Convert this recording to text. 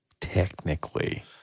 technically